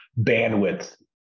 bandwidth